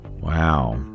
Wow